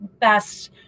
best